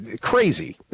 crazy